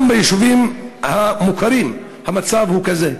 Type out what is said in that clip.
גם ביישובים המוכרים המצב הוא כזה.